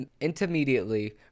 intermediately